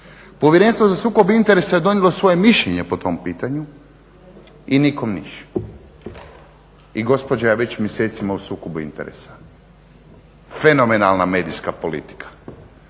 Povjerenstvo za sukob interesa je donijelo svoje mišljenje po tom pitanju i nikom ništa. I gospođa je već mjesecima u sukobu interesa. Fenomenalna medijska politika.